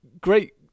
great